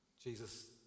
Jesus